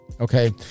okay